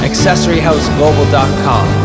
AccessoryHouseGlobal.com